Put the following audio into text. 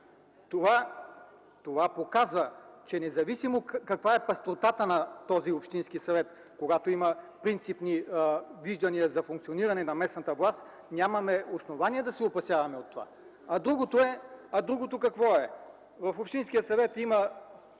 Това показва, че независимо каква е пъстротата на този общински съвет, когато има принципни виждания за функциониране на местната власт, нямаме основания да се опасяваме за това. А какво е другото? В общинския съвет има